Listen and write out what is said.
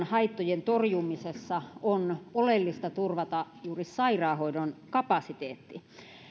haittojen torjumisessa on oleellista turvata juuri sairaanhoidon kapasiteetti